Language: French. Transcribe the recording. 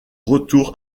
retour